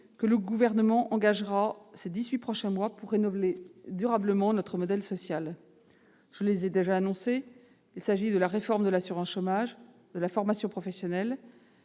que le Gouvernement engagera ces dix-huit prochains mois pour rénover durablement notre modèle social. Je les ai déjà annoncés. Il s'agit de la réforme de l'assurance chômage, de la réforme la formation professionnelle,